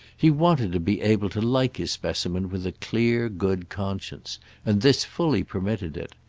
he wanted to be able to like his specimen with a clear good conscience, and this fully permitted it.